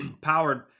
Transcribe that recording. powered